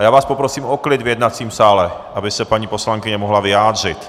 A já vás poprosím o klid v jednacím sále, aby se paní poslankyně mohla vyjádřit.